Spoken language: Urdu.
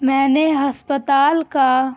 میں نے ہسپتال کا